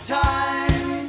time